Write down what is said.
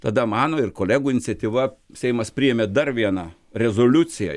tada mano ir kolegų iniciatyva seimas priėmė dar vieną rezoliuciją